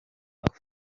ach